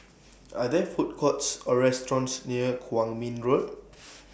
Are There Food Courts Or restaurants near Kwong Min Road